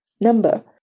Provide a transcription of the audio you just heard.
number